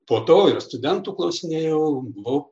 po to ir studentų klausinėjau buvau